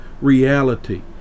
reality